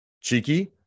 cheeky